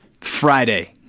Friday